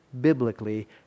biblically